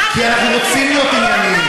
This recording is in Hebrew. כי אנחנו רוצים להיות ענייניים,